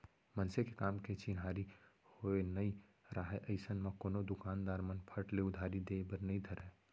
मनसे के काम के चिन्हारी होय नइ राहय अइसन म कोनो दुकानदार मन फट ले उधारी देय बर नइ धरय